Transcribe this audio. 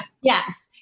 Yes